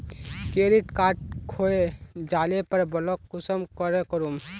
Credit card खोये जाले पर ब्लॉक कुंसम करे करूम?